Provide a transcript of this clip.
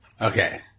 Okay